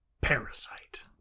Parasite